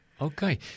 Okay